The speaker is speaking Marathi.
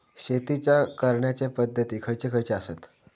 शेतीच्या करण्याचे पध्दती खैचे खैचे आसत?